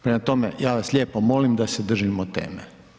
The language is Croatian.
Prema tome, ja vas lijepo molim da se držimo teme.